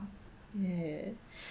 ya